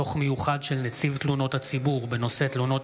דוח מיוחד של נציב תלונות הציבור בנושא תלונות